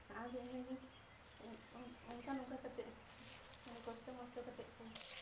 ᱟᱫᱚ ᱤᱱᱟᱹᱜᱤᱧ ᱚᱱᱠᱟ ᱱᱚᱝᱠᱟ ᱠᱟᱛᱮ ᱢᱟᱱᱮ ᱠᱚᱥᱴᱚ ᱢᱚᱥᱴᱚ ᱠᱟᱛᱮᱫ ᱠᱚ